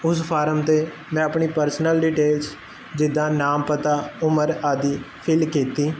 ਉਸ ਫਾਰਮ ਤੇ ਮੈਂ ਆਪਣੀ ਪਰਸਨਲ ਡਿਟੇਲਸ ਜਿੱਦਾਂ ਨਾਮ ਪਤਾ ਉਮਰ ਆਦੀ ਫਿਲ ਕੀਤੀ